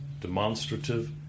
demonstrative